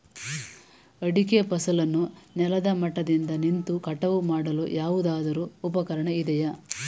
ಅಡಿಕೆ ಫಸಲನ್ನು ನೆಲದ ಮಟ್ಟದಿಂದ ನಿಂತು ಕಟಾವು ಮಾಡಲು ಯಾವುದಾದರು ಉಪಕರಣ ಇದೆಯಾ?